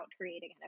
creating